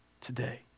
today